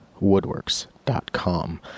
woodworks.com